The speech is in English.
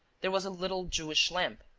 there was a little jewish lamp.